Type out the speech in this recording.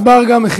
גֹֻ'מעה אזברגה.